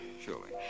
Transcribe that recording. Surely